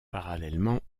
parallèlement